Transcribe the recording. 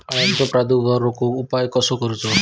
अळ्यांचो प्रादुर्भाव रोखुक उपाय कसो करूचो?